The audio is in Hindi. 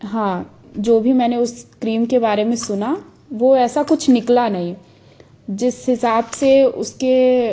हाँ जो भी मैंने उस क्रीम के बारे में सुना वो ऐसा कुछ निकला नही जिस हिसाब से उसके